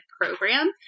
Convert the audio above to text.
program